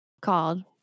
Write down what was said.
called